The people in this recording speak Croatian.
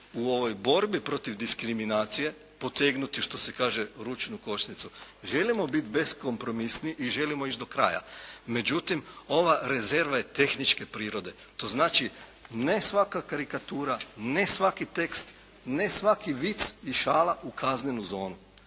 u ovoj borbi protiv diskriminacije potegnuti što se kaže ručnu kočnicu. Želimo biti beskompromisni i želimo ići do kraja. Međutim, ova rezerva je tehničke prirode, to znači ne svaka karikatura, ne svaki tekst, ne svaki vic i šala u kaznenu zonu.